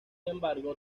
embargo